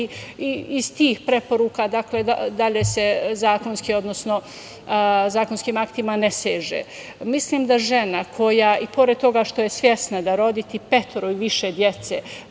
i iz tih preporuka dalje se zakonskim aktima ne seže. Mislim da žena koja i pored toga što je svesna da roditi petoro i više dece